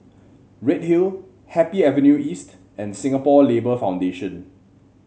Redhill Happy Avenue East and Singapore Labour Foundation